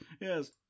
yes